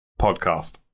podcast